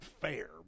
fair